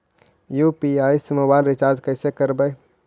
UPI से mobile recharge कैसे करबइ?